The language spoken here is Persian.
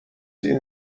این